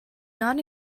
not